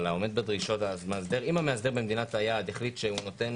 אם המאסדר במדינת היעד החליט שהוא נותן